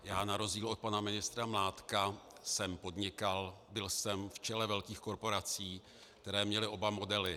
Já na rozdíl od pana ministra Mládka jsem podnikal, byl jsem v čele velkých korporací, které měly oba modely.